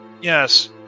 Yes